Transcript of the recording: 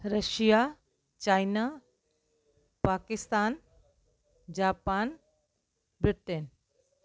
Russia China Pakistan Japan Britain